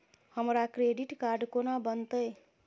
हमरा credit card कोना बनतै?